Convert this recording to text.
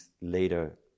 later